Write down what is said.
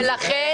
ולכן,